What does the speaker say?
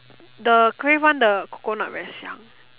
the crave one the coconut very 香